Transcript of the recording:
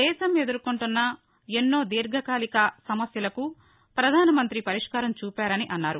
దేశం ఎదుర్కొంటున్న ఎన్నో దీర్ఘకాలిక సమస్యలకు ప్రధానమంతి పరిష్కారం చూపారని అన్నారు